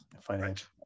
financial